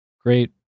great